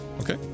Okay